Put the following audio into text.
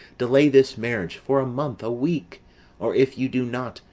delay this marriage for a month, a week or if you do not,